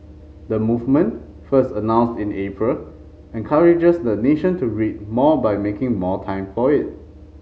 the movement first announced in April encourages the nation to read more by making more time for it